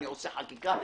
אני עושה חקיקה,